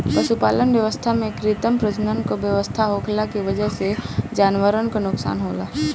पशुपालन व्यवस्था में कृत्रिम प्रजनन क व्यवस्था होखला के वजह से जानवरन क नोकसान होला